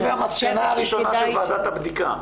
זאת המסקנה הראשונה של ועדת הבדיקה.